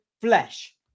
flesh